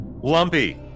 Lumpy